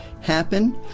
happen